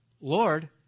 Lord